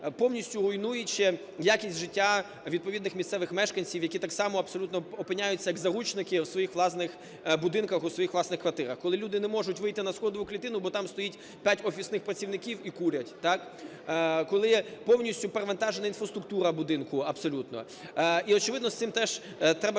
повністю руйнуючи якість життя відповідних місцевих мешканців, які так само абсолютно опиняються як заручники у своїх власних будинках, у своїх власних квартирах, коли люди не можуть вийти на сходову клітину, бо там стоїть п'ять офісних працівників і курять, так, коли повністю перевантажна інфраструктура будинку абсолютно. І, очевидно, з цим теж треба